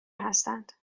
هستند